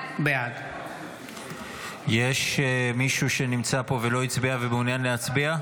בעד יש מישהו שנמצא פה ולא הצביע ומעוניין להצביע?